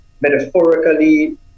metaphorically